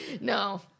No